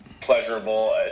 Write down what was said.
pleasurable